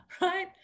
right